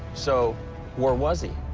so where was he?